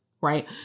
Right